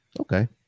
Okay